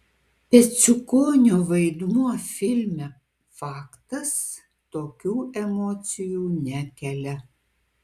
peciukonio vaidmuo filme faktas tokių emocijų nekelia